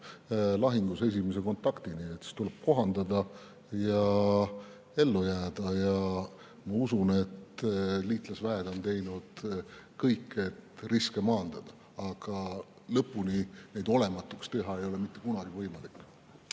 lahingus esimese kontaktini. Siis tuleb plaani kohandada ja ellu jääda. Ma usun, et liitlasväed on teinud kõik, et riske maandada, aga lõpuni neid olematuks teha ei ole mitte kunagi võimalik.